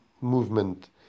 movement